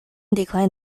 decline